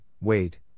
wait